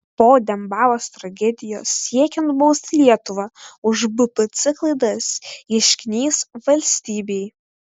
po dembavos tragedijos siekia nubausti lietuvą už bpc klaidas ieškinys valstybei